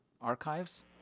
archives